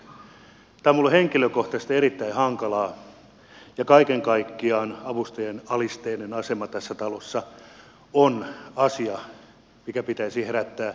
tämä on minulle henkilökohtaisesti erittäin hankalaa ja kaiken kaikkiaan avustajien alisteinen asema tässä talossa on asia minkä pitäisi herättää jokaisen kansanedustajan